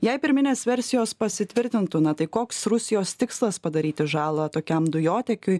jei pirminės versijos pasitvirtintų na tai koks rusijos tikslas padaryti žalą tokiam dujotiekiui